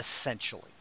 essentially